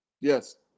Yes